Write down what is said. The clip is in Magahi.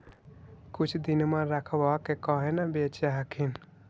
कुछ दिनमा रखबा के काहे न बेच हखिन?